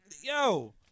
Yo